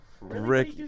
Rick